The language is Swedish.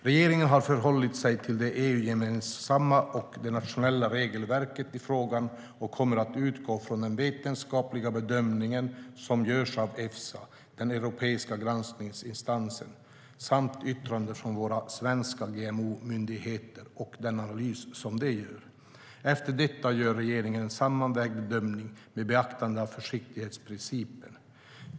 Regeringen har förhållit sig till det EU-gemensamma och det nationella regelverket i frågan och kommer att utgå från den vetenskapliga bedömning som görs av Efsa, den europeiska granskningsinstansen, samt yttranden från våra svenska GMO-myndigheter och den analys som de gör. Efter detta gör regeringen en sammanvägd bedömning med beaktande av försiktighetsprincipen.